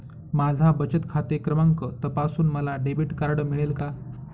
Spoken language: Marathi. माझा बचत खाते क्रमांक तपासून मला डेबिट कार्ड मिळेल का?